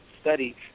study